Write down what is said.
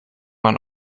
man